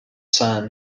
son